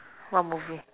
what movie